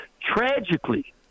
tragically